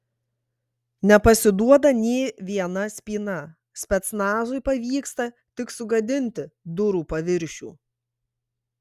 nepasiduoda nė viena spyna specnazui pavyksta tik sugadinti durų paviršių